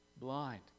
blind